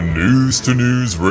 news-to-news